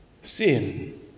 sin